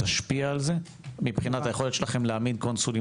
תשפיע על זה מבחינת היכולת שלכם להעמיד קונסולים